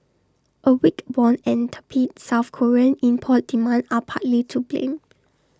A weak won and tepid south Korean import demand are partly to blame